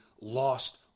lost